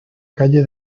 calle